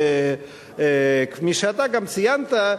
שכפי שאתה גם ציינת,